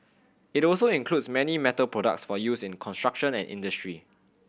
it also includes many metal products for use in construction and industry